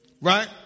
right